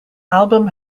album